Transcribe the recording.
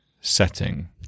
setting